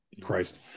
Christ